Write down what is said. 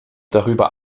darüber